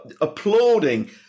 applauding